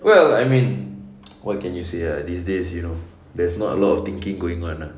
well I mean what can you say ah these days you know there's not a lot of thinking going on ah